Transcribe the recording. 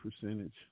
percentage